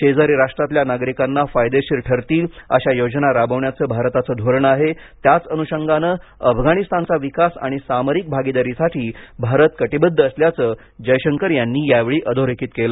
शेजारी राष्ट्रांतल्या नागरिकांना फायदेशीर ठरतील अशा योजना राबवण्याचं भारताचं धोरण आहे त्याच अनुषंगानं अफगाणिस्तानचा विकास आणि सामरिक भागीदारीसाठी भारत कटिबद्ध असल्याचं जयशंकर यांनी यावेळी अधोरेखित केलं